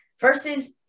versus